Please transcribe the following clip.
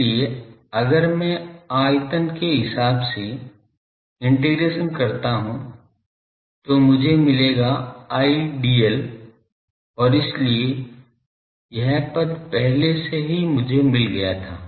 इसलिए अगर मैं आयतन के हिसाब से इंटीग्रेशन करता हूं तो मुझे मिलेगा I dl और इसलिए यह पद पहले से ही मुझे मिल गया था